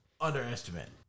underestimate